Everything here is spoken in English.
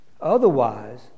Otherwise